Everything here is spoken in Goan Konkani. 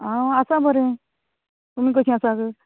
हांव आसां बरें तुमी कशी आसात